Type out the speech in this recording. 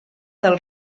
del